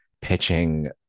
pitching